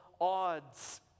odds